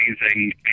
amazing